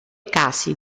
casi